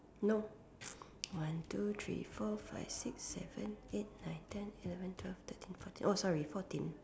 nope one two three four five six seven eight nine ten eleven twelve thirteen fourteen oh sorry fourteen